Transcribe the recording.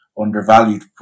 undervalued